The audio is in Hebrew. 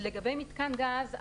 לגבי מיתקן גז,